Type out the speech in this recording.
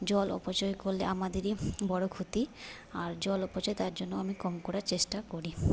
জল অপচয় করলে আমাদেরই বড় ক্ষতি আর জল অপচয় তার জন্য আমি কম করার চেষ্টা করি